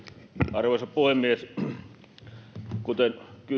arvoisa puhemies kuten